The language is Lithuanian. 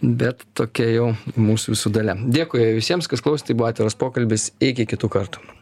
bet tokia jau mūsų visų dalia dėkui visiems kas klausė tai buvo atviras pokalbis iki kitų kartų